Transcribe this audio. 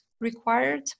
required